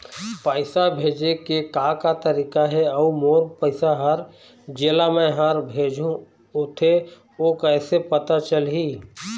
पैसा भेजे के का का तरीका हे अऊ मोर पैसा हर जेला मैं हर भेजे होथे ओ कैसे पता चलही?